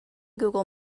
google